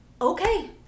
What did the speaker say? okay